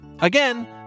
Again